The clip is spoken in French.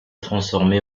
transformée